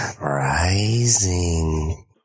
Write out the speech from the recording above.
Rising